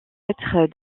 être